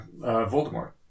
Voldemort